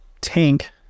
tank